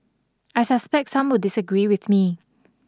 I suspect some will disagree with me